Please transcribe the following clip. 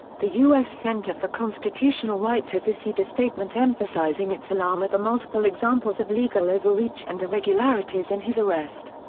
the u s. center for constitutional rights has issued a statement emphasizing its alarm at the multiple examples of legal overreach and irregularities in his arrest.